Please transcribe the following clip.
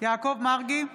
יעקב מרגי,